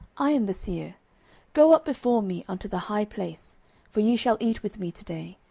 i am the seer go up before me unto the high place for ye shall eat with me to day,